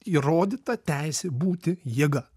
įrodyta teisė būti jėga